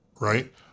right